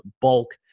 bulk